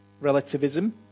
relativism